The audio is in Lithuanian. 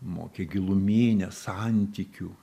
mokė giluminės santykių